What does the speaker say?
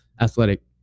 athletic